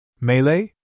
Melee